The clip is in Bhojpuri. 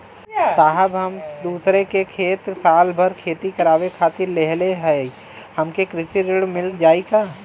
साहब हम दूसरे क खेत साल भर खेती करावे खातिर लेहले हई हमके कृषि ऋण मिल जाई का?